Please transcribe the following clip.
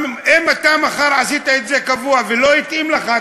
אם אתה מחר עושה את זה קבוע ולא מתאים לך,